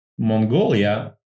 Mongolia